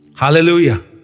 Hallelujah